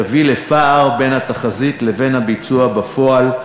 תביא לפער בין התחזית ובין הביצוע בפועל,